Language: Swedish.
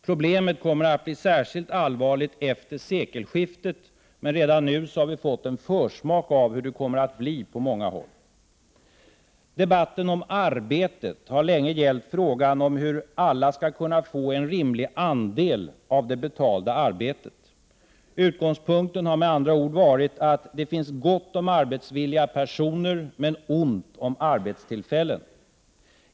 Problemet kommer att bli särskilt allvarligt efter sekelskiftet, men redan nu har vi fått en försmak av hur det kommer att bli på många håll. Debatten om arbetet har länge gällt frågan hur alla skall kunna få en rimlig andel av det betalda arbetet. Utgångspunkten har med andra ord varit att det finns gott om arbetsvilliga personer men ont om arbetstillfällen.